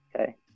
Okay